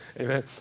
Amen